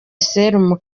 serumu